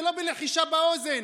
זה לא בלחישה באוזן,